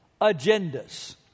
agendas